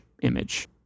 image